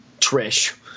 trish